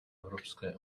evropské